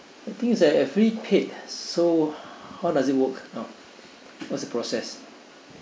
the thing is I've already paid so how does it work now what's the process